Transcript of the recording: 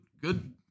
good